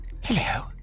hello